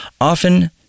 Often